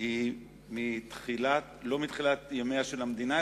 היא לא מתחילת ימיה של המדינה,